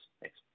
Thanks